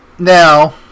now